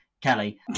Kelly